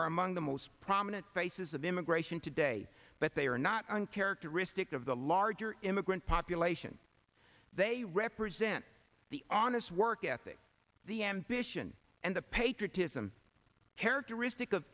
are among the most prominent faces of immigration today but they are not uncharacteristic of the larger immigrant population they represent the honest work ethic the ambition and the patriotism characteristic of